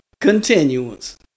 continuance